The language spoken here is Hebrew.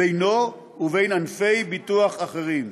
בינו ובין ענפי ביטוח אחרים.